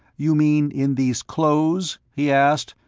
you mean, in these clothes? he asked,